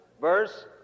verse